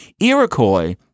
Iroquois